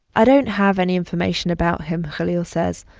i don't have any information about him, khalil says.